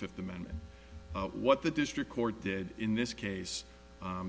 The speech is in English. fifth amendment what the district court did in this case